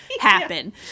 happen